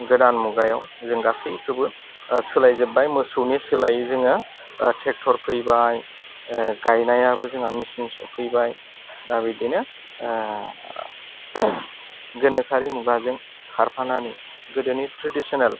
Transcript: गोदान मुगायाव जों गासैखौबो सोलाय जोब्बाय मोसौनि सोलायै जोङो टेक्टर फैबाय गायनायाबो जोंहा मिचिन सफैबाय दा बिदिनो गोनोखोआरि मुगाजों खारफानानै गोदोनि ट्रेडिसनेल